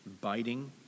biting